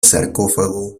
sarcófago